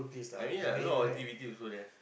I mean like a lot of activities also there